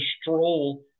stroll